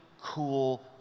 cool